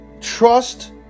Trust